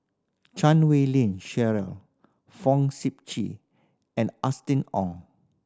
Chan Wei Ling Cheryl Fong Sip Chee and Austen Ong